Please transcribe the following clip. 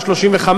או 35,